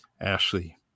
Ashley